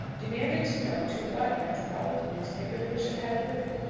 demanded to know to what metropolitan newspaper the bishop had alluded,